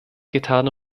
getan